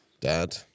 dad